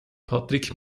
patrick